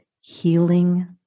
healing